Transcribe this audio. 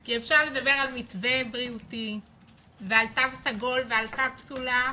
כי אפשר לדבר על מתווה בריאותי ועל תו סגול ועל קפסולה,